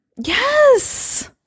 yes